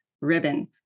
Ribbon